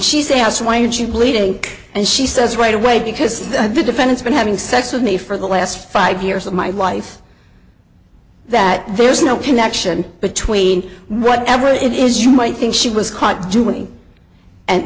she's asked why did you bleeding and she says right away because the defendant's been having sex with me for the last five years of my life that there's no connection between whatever it is you might think she was caught doing and